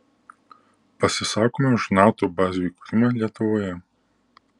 pasisakome už nato bazių įkūrimą lietuvoje